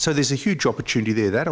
so there's a huge opportunity there that